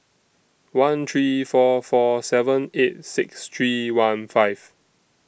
one three four four seven eight six three one five